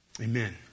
Amen